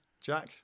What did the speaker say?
Jack